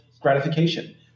gratification